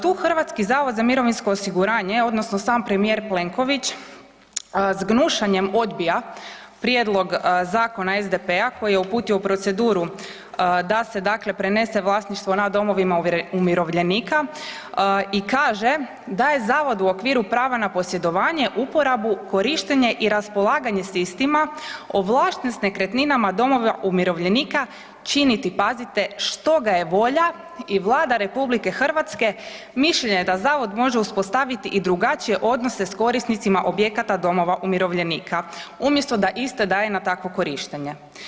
Tu HZMO odnosno sam premijer Plenković s gnušanjem odbija prijedlog zakona SDP-a koji je uputio u proceduru da se dakle prenese vlasništvo nad domovima umirovljenika i kaže da je zavod u okviru prava na posjedovanje, uporabu, korištenje i raspolaganje s istima ovlašten s nekretninama, domovima umirovljenika činiti, pazite, što ga je volja i Vlada RH mišljenja je da zavod može uspostavit i drugačije odnose s korisnicima objekata domova umirovljenika umjesto da iste daje na takvo korištenje.